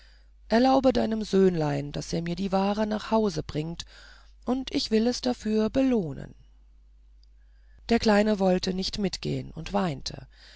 erlaube deinem söhnlein daß es mir die ware nach hause bringt ich will es dafür belohnen der kleine wollte nicht mitgehen und weinte